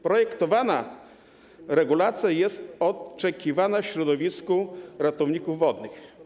Projektowana regulacja jest oczekiwana w środowisku ratowników wodnych.